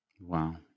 Wow